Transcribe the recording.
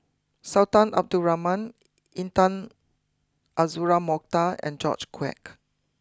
Sultan Abdul Rahman Intan Azura Mokhtar and George Quek